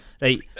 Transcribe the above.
Right